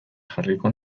jarriko